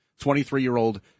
23-year-old